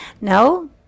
No